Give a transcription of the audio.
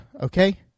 okay